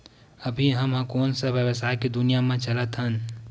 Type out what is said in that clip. अभी हम ह कोन सा व्यवसाय के दुनिया म चलत हन?